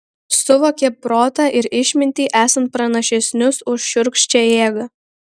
suvokė protą ir išmintį esant pranašesnius už šiurkščią jėgą